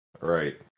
right